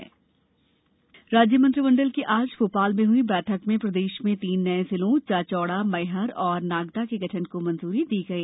मंत्रिमंडल निर्णय राज्य मंत्रिमण्डल की आज भोपाल में हुई बैठक में प्रदेश में तीन नये जिलों चाचौड़ा मैहर और नागदा के गठन को मंजूरी दी गई